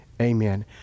amen